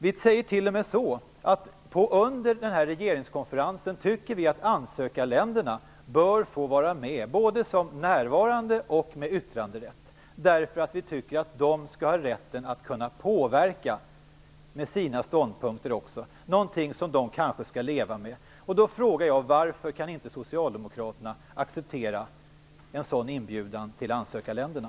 Vi tycker t.o.m. att ansökarländerna bör få vara med under regeringskonferensen, både som närvarande och med yttranderätt, därför att vi tycker att de också skall ha rätten att kunna påverka med sina ståndpunkter någonting som de kanske skall leva med. Jag frågar nu: Varför kan inte socialdemokraterna acceptera en sådan inbjudan till ansökarländerna?